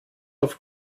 auf